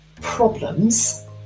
problems